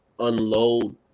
unload